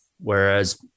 Whereas